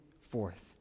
forth